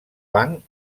banc